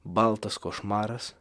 baltas košmaras